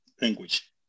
language